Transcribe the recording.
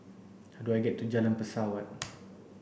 how do I get to Jalan Pesawat